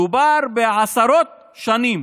מדובר בעשרות שנים